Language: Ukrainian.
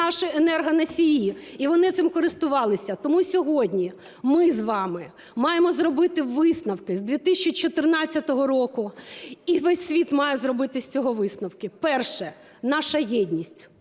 наші енергоносії, і вони цим користувалися. Тому сьогодні ми з вами маємо зробити висновки з 2014 року і весь світ має зробити з цього висновки. Перше – наша єдність.